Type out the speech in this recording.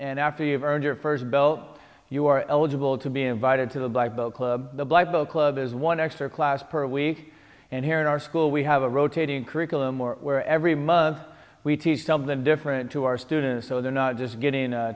and after you've earned your first belt you are eligible to be invited to the black ball club the bible club is one extra class per week and here in our school we have a rotating curriculum or where every month we teach something different to our students so they are not just getting